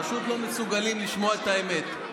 פשוט לא מסוגלים לשמוע את האמת.